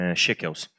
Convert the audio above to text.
shekels